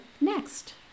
next